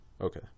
Okay